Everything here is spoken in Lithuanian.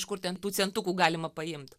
iš kur ten tų centukų galima paimt